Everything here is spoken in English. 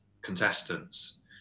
contestants